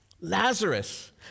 Lazarus